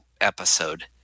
episode